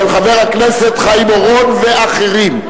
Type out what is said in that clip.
של חבר הכנסת חיים אורון ואחרים.